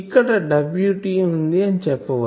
ఇక్కడ Wt వుంది అని చెప్పావచ్చు